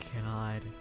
God